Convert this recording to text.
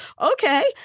Okay